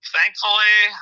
Thankfully